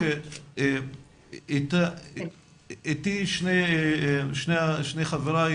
איתי שני חבריי,